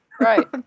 right